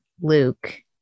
Luke